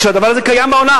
כשהדבר הזה קיים בעולם.